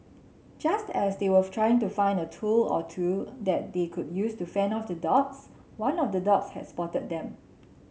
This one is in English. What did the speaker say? just as they were trying to find a tool or two that they could use to fend off the dogs one of the dogs has spotted them